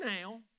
now